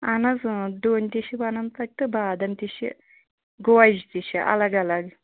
اَہن حظ ڈۅنۍ تہِ چھِ بَنان تَتہِ تہٕ بادام تہِ چھِ گوجہِ تہِ چھِ الگ الگ